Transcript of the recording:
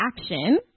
action